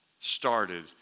started